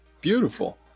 Beautiful